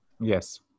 Yes